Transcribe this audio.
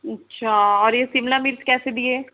अच्छा और ये शिमला मिर्च कैसे दिए